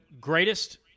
greatest